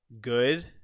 Good